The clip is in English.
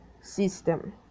system